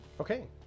Okay